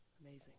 Amazing